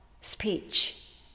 speech